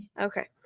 Okay